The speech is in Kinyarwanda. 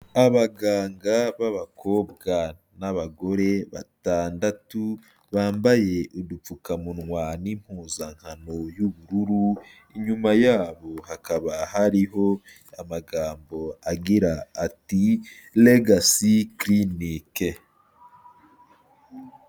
Abaganga b'abakobwa n'abagore batandatu bambaye udupfukamunwa n'impuzankano y'ubururu, inyuma yabo hakaba hariho amagambo agira ati legasi kirinike.